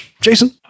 Jason